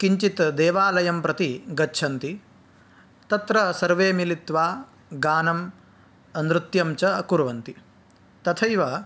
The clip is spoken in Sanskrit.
किञ्चित् देवालयं प्रति गच्छन्ति तत्र सर्वे मिलित्वा गानं नृत्यं च कुर्वन्ति तथैव